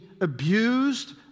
abused